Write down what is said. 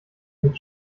mit